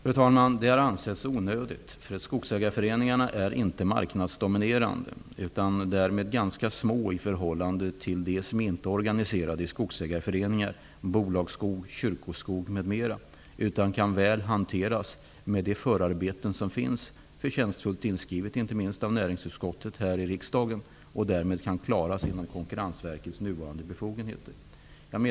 Fru talman! Det har ansetts onödigt. Skogsägarföreningarna är inte marknadsdominerande utan ganska små i förhållande till dem som inte är organiserade i skogsägarföreningar -- jag tänker på bolagsskog, kyrkoskog, m.m. Skogsägarföreningarnas verksamhet kan väl hanteras genom de förarbeten som finns. Det är förtjänstfullt inskrivet, inte minst av näringsutskottet här i riksdagen. Därmed kan deras problem lösas inom ramen för Konkurrensverkets nuvarande befogenheter.